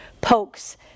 pokes